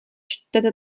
čtete